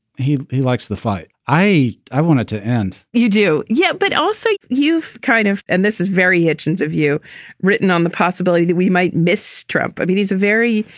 he he likes the fight. i i want it to end you do. yeah. but also you've kind of and this is very hitchins of you written on the possibility that we might miss trump. i mean he's a very